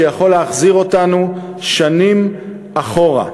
שיכול להחזיר אותנו שנים אחורה.